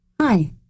Hi